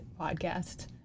podcast